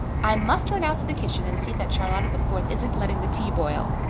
i must run out to the kitchen and see that charlotta the fourth isn't letting the tea boil.